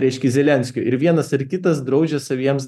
reiškia zelenskio ir vienas ir kitas draudžia saviems